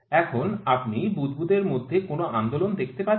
এখন আপনি বুদ্বুদের মধ্যে কোন আন্দোলন দেখতে পাচ্ছেন